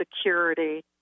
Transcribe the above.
security